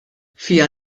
fiha